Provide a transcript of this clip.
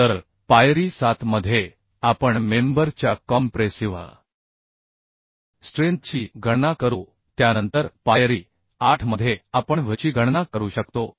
तर पायरी 7 मध्ये आपण मेंबर च्या कॉम्प्रेसिव्ह स्ट्रेंथची गणना करू त्यानंतर पायरी 8 मध्ये आपण Vची गणना करू शकतो